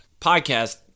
podcast